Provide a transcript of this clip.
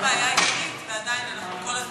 זאת הבעיה העיקרית, ועדיין זה כל הזמן,